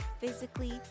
physically